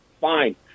Fine